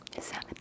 seven